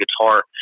guitar